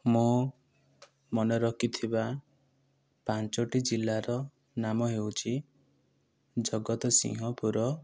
ମୁଁ ମନେ ରଖିଥିବା ପାଞ୍ଚଟି ଜିଲ୍ଲାର ନାମ ହେଉଛି ଜଗତସିଂହପୁର